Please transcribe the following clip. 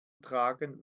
tragen